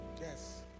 Yes